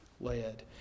led